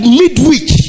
midweek